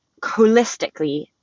holistically